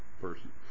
person